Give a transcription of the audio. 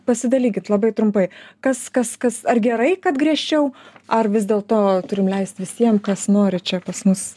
pasidalykit labai trumpai kas kas kas ar gerai kad griežčiau ar vis dėlto turim leisti visiem kas nori čia pas mus